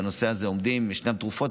בנושא הזה ישנן תרופות,